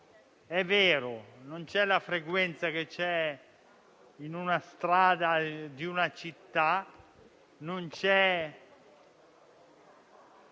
È vero, non c'è la frequenza che c'è in una strada di città e non c'è